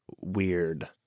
weird